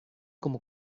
como